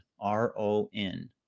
r-o-n